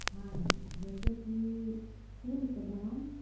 हॅं जैसे की फुलके दाम